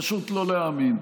פשוט לא להאמין.